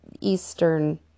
Eastern